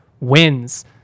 wins